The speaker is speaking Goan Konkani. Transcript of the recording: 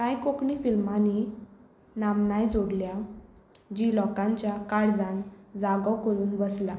कांय कोंकणी फिल्मांनी नामनांय जोडल्या जीं लोकांच्या काळजान जागो करून बसला